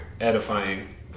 edifying